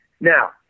Now